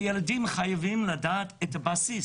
הילדים חייבים לדעת את הבסיס